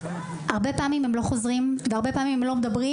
הרבה פעמים הם לא חוזרים והרבה פעמים הם לא מדברים,